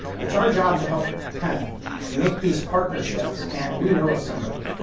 it's our job to help kind of make these partnerships and we know of somebody.